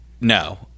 no